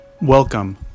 Welcome